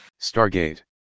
Stargate